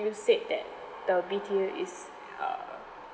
news said that the B_T_O is uh